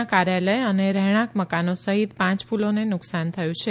ના કાર્યાલય અને રહેણાંક મકાનો સહિત પાંચ પુલોને નુકશાન થયું છે